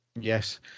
Yes